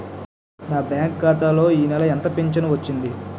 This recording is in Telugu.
నా బ్యాంక్ ఖాతా లో ఈ నెల ఎంత ఫించను వచ్చింది?